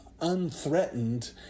unthreatened